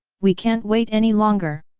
we can't wait any longer!